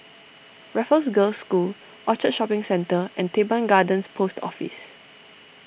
Raffles Girls' School Orchard Shopping Centre and Teban Garden Post Office